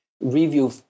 review